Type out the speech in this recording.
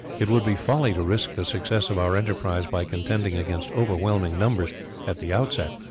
it would be folly to risk the success of our enterprise by contending against overwhelming numbers at the outset,